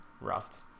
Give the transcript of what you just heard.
rough